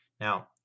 Now